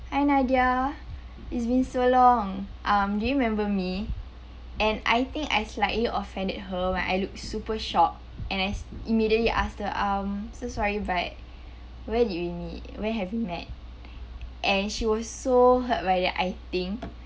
hi nadia it's been so long um do you remember me and I think I slightly offended her when I look super shocked and I s~ immediately asked her um so sorry but where did we meet where have we met and she was so hurt by that I think